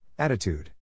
Attitude